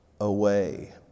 away